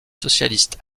socialistes